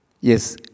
Yes